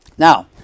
Now